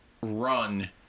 run